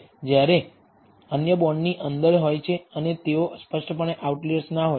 જ્યારે અન્ય બોન્ડની અંદર હોય છે અને તેઓ સ્પષ્ટપણે આઉટલિઅર્સ ના હોય